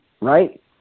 right